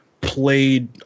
played